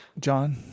John